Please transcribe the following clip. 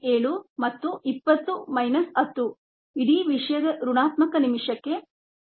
7 ಮತ್ತು 20 minus 10 ಇಡೀ ವಿಷಯದ ಋಣಾತ್ಮಕ ನಿಮಿಷಕ್ಕೆ 0